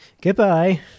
Goodbye